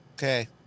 Okay